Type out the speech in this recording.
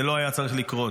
זה לא היה צריך לקרות.